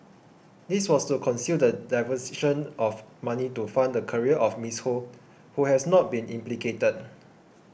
this was to conceal the diversion of money to fund the career of Miss Ho who has not been implicated